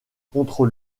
contre